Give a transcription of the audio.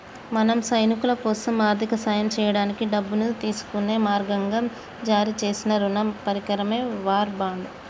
మన సైనికులకోసం ఆర్థిక సాయం సేయడానికి డబ్బును తీసుకునే మార్గంగా జారీ సేసిన రుణ పరికరమే వార్ బాండ్